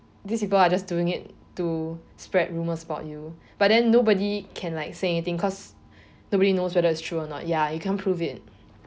these people are just doing it to spread rumours about you but then nobody can like say anything cause nobody knows whether it's true or not ya you cannot prove it